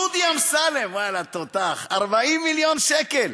דודי אמסלם, ואללה תותח, 40 מיליון שקל.